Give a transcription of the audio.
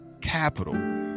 Capital